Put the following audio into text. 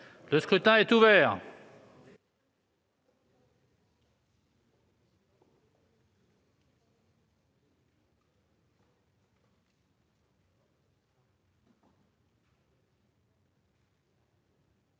Le scrutin est ouvert.